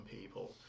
people